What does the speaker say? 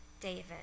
David